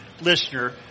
listener